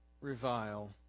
revile